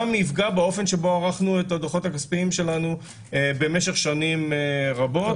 יפגע באופן שבו ערכנו את הדוחות הכספיים שלנו משך שנים רבות.